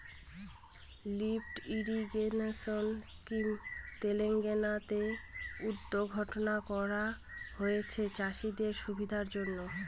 lift irrigation scheme Telangana তে উদ্ঘাটন করা হয়েছে চাষীদের সুবিধার জন্য